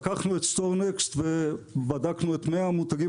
לקחנו את Storenext ובדקנו את 100 המותגים